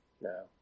No